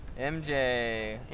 mj